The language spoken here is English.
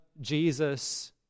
Jesus